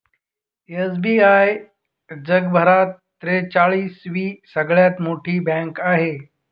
SBI जगभरात त्रेचाळीस वी सगळ्यात मोठी बँक आहे